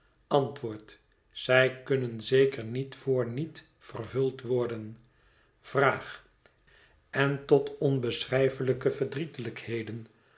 antwoord zij kunnen zeker niet voorniet vervuld worden vraag en tot onbeschrijfelijke